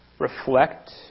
reflect